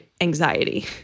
anxiety